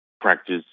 practice